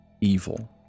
evil